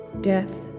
death